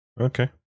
Okay